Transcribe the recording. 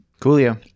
Coolio